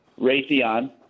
Raytheon